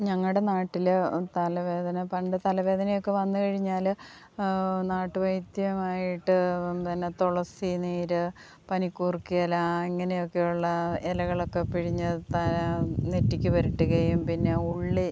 ഞങ്ങളുടെ നാട്ടിൽ തലവേദന പണ്ട് തലവേദനയൊക്കെ വന്നു കഴിഞ്ഞാൽ നാട്ടു വൈദ്യമായിട്ട് പിന്നെ തുളസി നീർ പനിക്കൂർക്കയില ഇങ്ങനെയൊക്കെയുള്ള ഇലകളൊക്കെ പിഴിഞ്ഞ് തല നെറ്റിക്ക് പുരട്ടുകയും പിന്നെ ഉള്ളിൽ